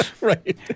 Right